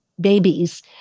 babies